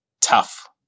tough